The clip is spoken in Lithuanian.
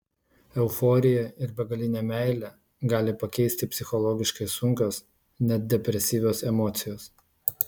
euforiją ir begalinę meilę gali pakeisti psichologiškai sunkios net depresyvios emocijos